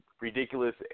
ridiculous